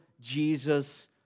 Jesus